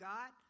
God